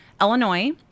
Illinois